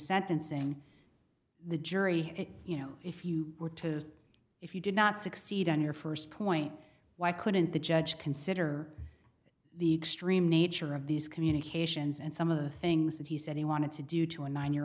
sentencing the jury you know if you were to if you did not succeed on your first point why couldn't the judge consider the extreme nature of these communications and some of the things that he said he wanted to do to a nine year